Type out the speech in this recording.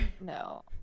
no